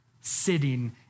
sitting